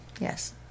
Yes